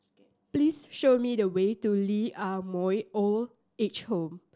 please show me the way to Lee Ah Mooi Old Age Home